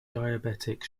diabetic